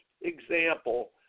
example